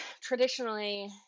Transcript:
traditionally